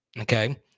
Okay